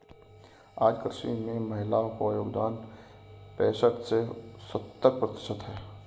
आज कृषि में महिलाओ का योगदान पैसठ से सत्तर प्रतिशत है